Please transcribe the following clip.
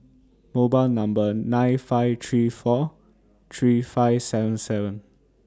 mobile Number nine five three four three five seven seven